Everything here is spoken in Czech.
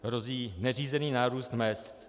Hrozí neřízený nárůst mezd.